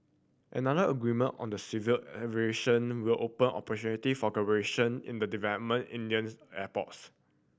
another agreement on the civil aviation will open opportunity for collaboration in development Indian airports